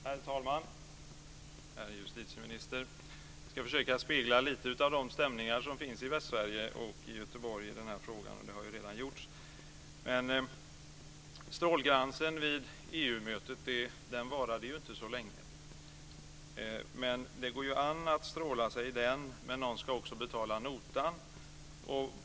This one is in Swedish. Herr talman! Herr justitieminister! Jag ska försöka spegla lite av de stämningar som finns i Västsverige och i Göteborg i denna fråga. Det har delvis redan gjorts. Strålglansen vid EU-mötet varade inte så länge. Det går ju an att sola sig i den, men någon ska också betala notan.